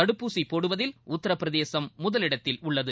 தடுப்பூசி போடுவதில் உத்தரப் பிரதேசும் முதலிடத்தில் உள்ளது